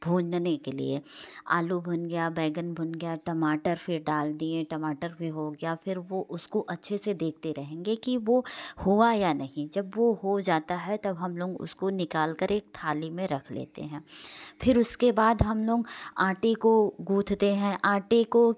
भूनने के लिए आलू भून गया बैंगन भून गया टमाटर फिर डाल दिए टमाटर भी हो गया फिर वो उसको अच्छे से देखते रेहेंगे कि वो हुआ या नहीं जब वो हो जाता है तब हम लोग उसको निकालकर एक थाली में रख लेते हैं फिर उसके बाद हम लोग आंटे को गूथते हैं आंटे को